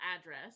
address